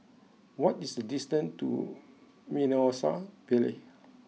what is the distance to Mimosa Vale